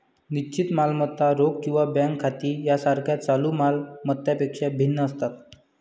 निश्चित मालमत्ता रोख किंवा बँक खाती यासारख्या चालू माल मत्तांपेक्षा भिन्न असतात